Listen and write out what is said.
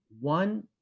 one